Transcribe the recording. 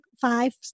five